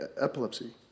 epilepsy